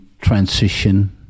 transition